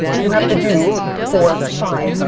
you have to do four, five,